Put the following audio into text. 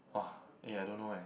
(woah) eh I don't know eh